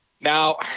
Now